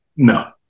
No